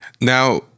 Now